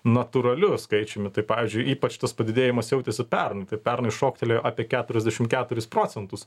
natūraliu skaičiumi tai pavyzdžiui ypač tas padidėjimas jautėsi pernai tai pernai šoktelėjo apie keturiasdešim keturis procentus